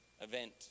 event